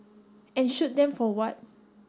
and shoot them for what